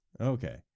Okay